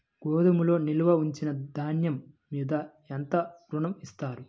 గోదాములో నిల్వ ఉంచిన ధాన్యము మీద ఎంత ఋణం ఇస్తారు?